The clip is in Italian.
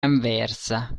anversa